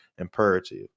imperative